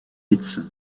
médecin